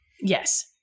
Yes